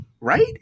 right